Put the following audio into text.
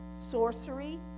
sorcery